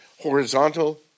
horizontal